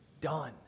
done